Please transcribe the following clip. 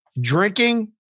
Drinking